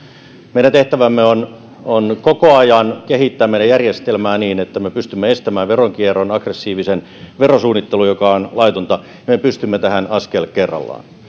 meidän tehtävämme on on koko ajan kehittää meidän järjestelmää niin että me pystymme estämään veronkierron ja aggressiivisen verosuunnittelun joka on laitonta me pystymme tähän askel kerrallaan